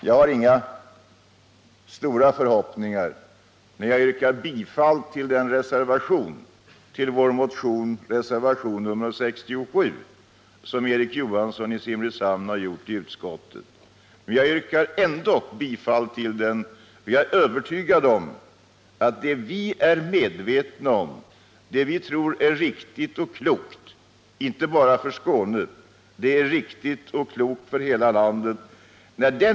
Jag har inga stora förhoppningar, men jag yrkar ändå bifall till den reservation, nr 67, som Erik Johansson i Simrishamn har avgivit i utskottet och som bygger på vår motion. Jag är övertygad om att det vi tror är riktigt och klokt, det är riktigt och klokt för hela landet och inte bara för Skåne.